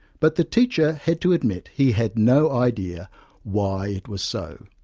but the teacher had to admit he had no idea why it was so.